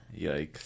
yikes